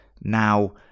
now